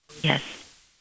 Yes